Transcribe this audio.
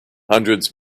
hundreds